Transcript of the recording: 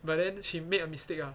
but then she made a mistake ah